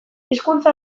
hizkuntza